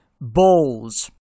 Balls